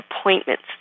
appointments